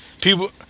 people